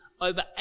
over